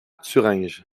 thuringe